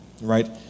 right